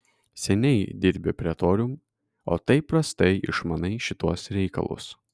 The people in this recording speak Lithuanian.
seniai dirbi pretorium o taip prastai išmanai šituos reikalus